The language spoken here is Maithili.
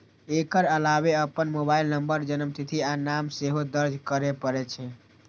एकर अलावे अपन मोबाइल नंबर, जन्मतिथि आ नाम सेहो दर्ज करय पड़ै छै